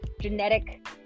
genetic